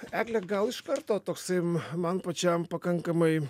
egle gal iš karto toksai m man pačiam pakankamai